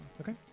Okay